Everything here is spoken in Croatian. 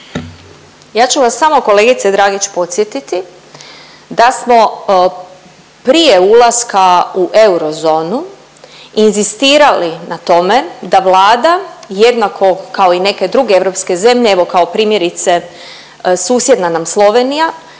Ja ću vas samo kolegice Dragić podsjetiti da smo prije ulaska u eurozonu inzistirali na tome da Vlada jednako kao i neke druge europske zemlje, evo kao primjerice susjedna nam Slovenija